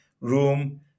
room